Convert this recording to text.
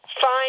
Fine